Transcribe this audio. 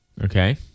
Okay